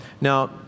Now